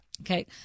Okay